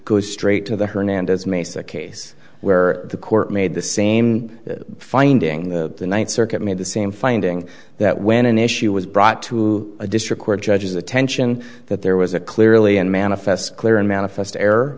goes straight to the hernandez mesa case where the court made the same finding the ninth circuit made the same finding that when an issue was brought to a district court judge's attention that there was a clearly an manifest clear and manifest